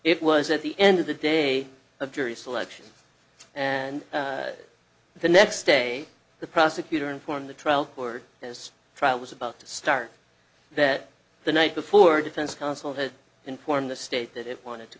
it was at the end of the day of jury selection and the next day the prosecutor informed the trial court this trial was about to start that the night before defense counsel has informed the state that it wanted to